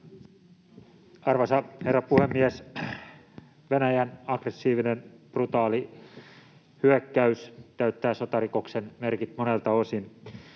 Arvoisa herra puhemies! Venäjän aggressiivinen, brutaali hyökkäys täyttää sotarikoksen merkit monelta osin.